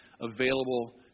available